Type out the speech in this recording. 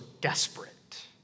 desperate